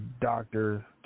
doctor